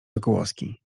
sokołowski